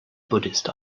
buddhist